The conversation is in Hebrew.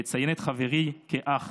אני מציין את חברי כאח